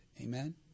Amen